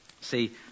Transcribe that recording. See